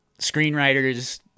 Screenwriters